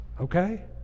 okay